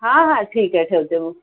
हां हां ठीक आहे ठेवते मग